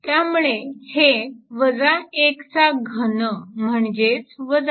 त्यामुळे हे चा घन म्हणजे 1